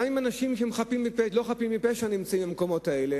גם אם אנשים לא חפים מפשע נמצאים במקומות האלה,